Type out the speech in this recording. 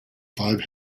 five